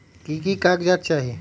की की कागज़ात चाही?